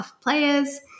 players